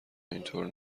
اینطور